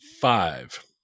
five